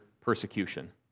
persecution